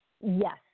Yes